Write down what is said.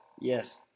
yes